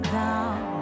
down